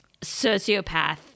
sociopath